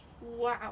Wow